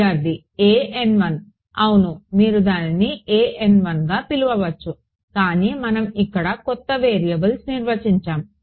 విద్యార్ధి an1 అవును మీరు దీనిని an1గా పిలవచ్చు కానీ మనం ఇక్కడ కొత్త వేరియబుల్స్ నిర్వచించాము